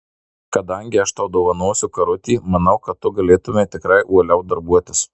kadangi aš tau dovanosiu karutį manau kad tu galėtumei tikrai uoliau darbuotis